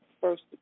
first